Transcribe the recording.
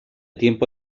tiempo